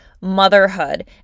motherhood